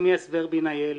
נחמיאס ורבין איילת,